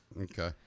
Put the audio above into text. Okay